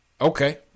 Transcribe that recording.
Okay